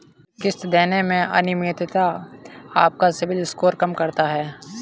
ऋण किश्त देने में अनियमितता आपका सिबिल स्कोर कम करता है